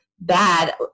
bad